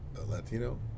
Latino